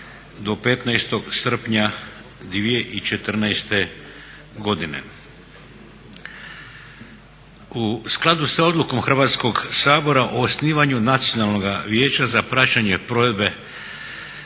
do 15. srpnja 2014. godine. U skladu sa Odlukom Hrvatskog sabora o osnivanju Nacionalnoga vijeća za praćenje provedbe